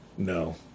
No